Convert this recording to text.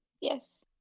Yes